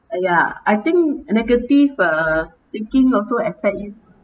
uh ya I think uh negative uh thinking also affect you